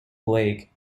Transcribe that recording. blake